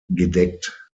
gedeckt